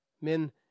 men